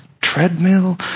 treadmill